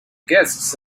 guests